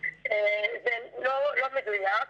זה לא מדויק.